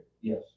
Yes